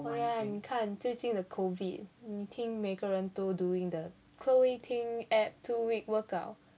oh ya 你看最近的 COVID 听每个人都 doing the chloe ting app two week workout